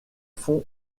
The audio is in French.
fond